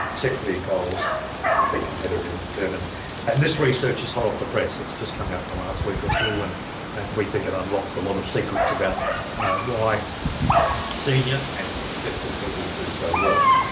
set clear goals and be competitive and determined and this research is hot off the press let's just come out in the last week or two and and we think it unlocks a lot of secrets about why senior and successful people do so well.